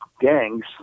gangs